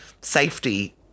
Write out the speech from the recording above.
safety